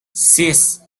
six